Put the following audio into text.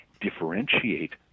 differentiate